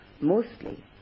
mostly